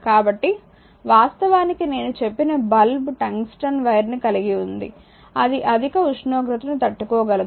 కాబట్టి వాస్తవానికి నేను చెప్పిన బల్బు టంగ్స్టన్ వైర్ ని కలిగి ఉంది అది అధిక ఉష్ణోగ్రతను తట్టుకోగలదు